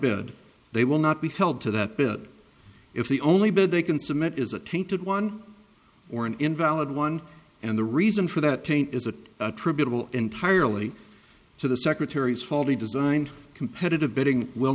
bed they will not be held to that bit if the only bid they can submit is a tainted one or an invalid one and the reason for that taint is it attributable entirely to the secretary's faulty designed competitive